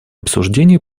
обсуждения